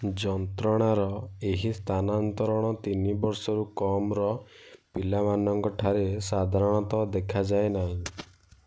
ଯନ୍ତ୍ରଣାର ଏହି ସ୍ଥାନାନ୍ତରଣ ତିନି ବର୍ଷରୁ କମ୍ର ପିଲାମାନଙ୍କଠାରେ ସାଧାରଣତଃ ଦେଖାଯାଏ ନାହିଁ